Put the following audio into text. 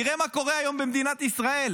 תראה מה קורה היום במדינת ישראל,